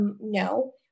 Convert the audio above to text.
no